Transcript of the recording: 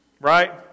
right